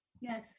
yes